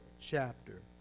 chapter